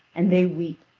and they weep,